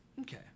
Okay